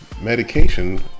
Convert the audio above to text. medication